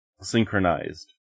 synchronized